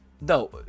No